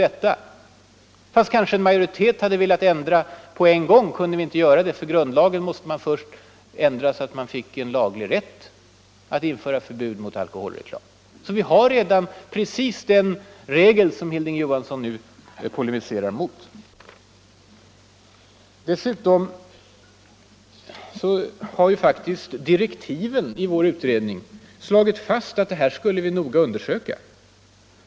Trots att kanske en majoritet hade velat införa reklamförbud med en gång kunde vi inte göra det, för grundlagen måste först ändras så att vi fick en laglig rätt att införa förbud mot alkoholreklam. Vi hade alltså då den situationen som Hilding Johansson nu polemiserar emot. Dessutom har faktiskt direktiven till vår utredning slagit fast, att det här skulle vi noga undersöka.